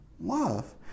love